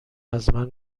ازمن